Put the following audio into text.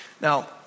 Now